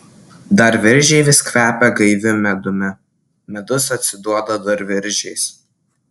dar viržiai vis kvepia gaiviu medumi medus atsiduoda dar viržiais